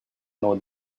know